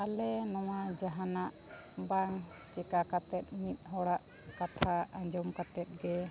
ᱟᱞᱮ ᱱᱚᱣᱟ ᱡᱟᱦᱟᱱᱟᱜ ᱵᱟᱝ ᱪᱮᱠᱟ ᱠᱟᱛᱮᱫ ᱢᱤᱫ ᱦᱚᱲᱟᱜ ᱠᱟᱛᱷᱟ ᱟᱸᱡᱚᱢ ᱠᱟᱛᱮᱫ